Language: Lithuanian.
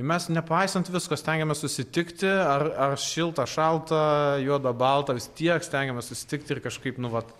mes nepaisant visko stengiamės susitikti ar ar šilta šalta juoda balta vis tiek stengiamės susitikti ir kažkaip nu vat